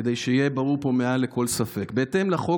כדי שיהיה ברור פה מעל לכל ספק: בהתאם לחוק